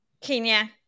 Kenya